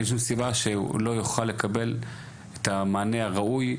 אין שום סיבה שהוא לא יוכל לקבל את המענה הראוי.